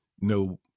no